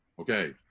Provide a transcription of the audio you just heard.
Okay